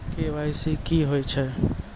KYC की होय छै?